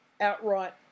outright